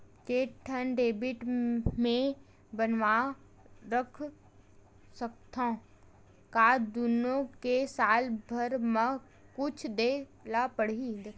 के ठन डेबिट मैं बनवा रख सकथव? का दुनो के साल भर मा कुछ दे ला पड़ही?